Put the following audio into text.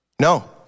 No